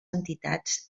entitats